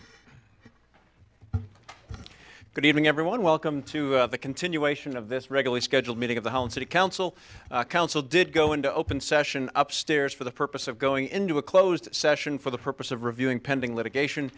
good evening everyone welcome to the continuation of this regularly scheduled meeting of the whole city council council did go into open session up stairs for the purpose of going into a closed session for the purpose of reviewing pending litigation